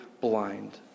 blind